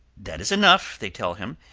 that is enough, they tell him.